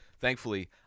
Thankfully